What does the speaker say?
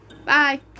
Bye